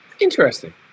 Interesting